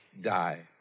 die